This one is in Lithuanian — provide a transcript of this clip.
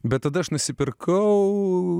bet tada aš nusipirkau